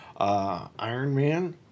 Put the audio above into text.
Ironman